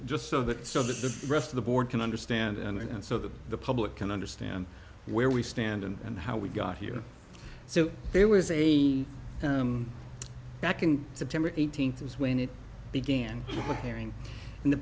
just so that so the rest of the board can understand and so that the public can understand where we stand and how we got here so there was a back in september eighteenth was when it began appearing in the